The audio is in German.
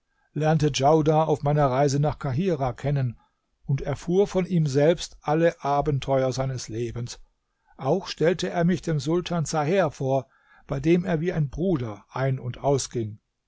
lernte djaudar auf meiner reise nach kahira kennen und erfuhr von ihm selbst alle abenteuer seines lebens auch stellte er mich dem sultan zaher vor bei dem er wie ein bruder ein und ausging